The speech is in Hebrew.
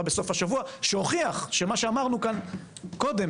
בסוף השבוע שהוכיח שמה שאמרנו כאן קודם